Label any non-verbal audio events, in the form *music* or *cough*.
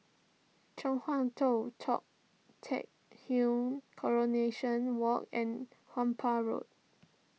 Chong Hua Tong Tou Teck *unintelligible* Coronation Walk and *unintelligible* Road